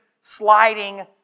sliding